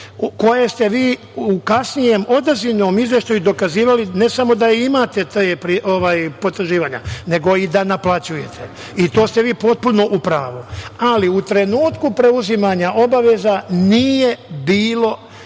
koje ste vi u kasnijem odazivnom izveštaju dokazivali ne samo da imate ta potraživanja, nego i da naplaćujete i to ste vi potpuno u pravu, ali u trenutku preuzimanja obaveza nije bilo